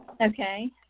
Okay